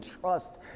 trust